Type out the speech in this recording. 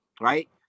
right